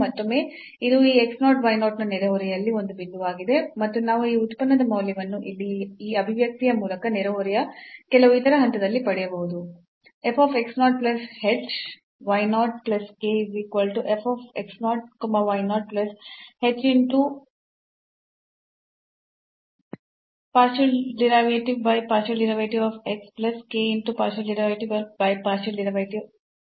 ಮತ್ತೊಮ್ಮೆ ಇದು ಈ x 0 y 0 ನ ನೆರೆಹೊರೆಯಲ್ಲಿ ಒಂದು ಬಿಂದುವಾಗಿದೆ ಮತ್ತು ನಾವು ಈ ಉತ್ಪನ್ನದ ಮೌಲ್ಯವನ್ನು ಇಲ್ಲಿ ಈ ಅಭಿವ್ಯಕ್ತಿಯ ಮೂಲಕ ನೆರೆಹೊರೆಯ ಕೆಲವು ಇತರ ಹಂತದಲ್ಲಿ ಪಡೆಯಬಹುದು